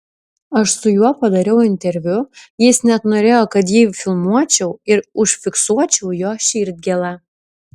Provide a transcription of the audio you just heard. aš su juo padariau interviu jis net norėjo kad jį filmuočiau ir užfiksuočiau jo širdgėlą